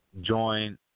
join